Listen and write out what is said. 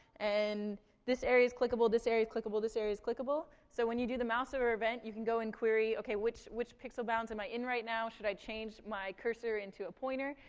and this area's clickable, this area's clickable, this area's clickable. so when you do the mouse over event, you can go and query, okay, which which pixel bounds am i in right now? should i change my cursor into a pointer?